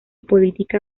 política